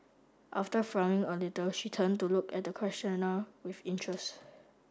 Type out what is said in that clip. after frowning a little she turned to look at the questioner with interest